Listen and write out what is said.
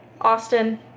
Austin